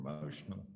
emotional